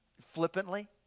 flippantly